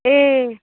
ए